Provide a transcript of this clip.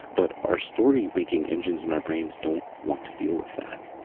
but our story making engines and our brains don't want to deal with that